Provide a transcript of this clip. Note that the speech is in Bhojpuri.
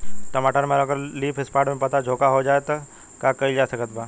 टमाटर में अगर लीफ स्पॉट पता में झोंका हो जाएँ त का कइल जा सकत बा?